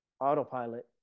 autopilot